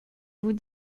vous